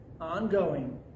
Ongoing